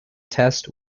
test